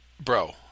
bro